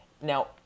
Now